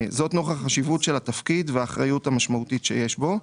זאת נוכח חשיבות של התפקיד והאחריות המשמעותית שיש בו.